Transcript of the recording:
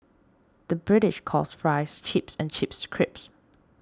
the British calls Fries Chips and Chips Crisps